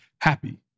happy